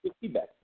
feedback